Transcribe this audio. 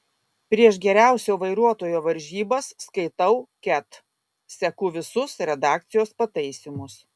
prieš geriausio vairuotojo varžybas skaitau ket seku visus redakcijos pataisymus